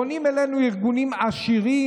'פונים אלינו ארגונים עשירים,